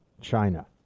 China